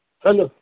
hello